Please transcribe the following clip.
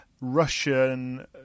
Russian